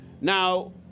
Now